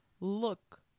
look